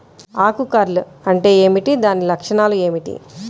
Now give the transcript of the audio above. ఆకు కర్ల్ అంటే ఏమిటి? దాని లక్షణాలు ఏమిటి?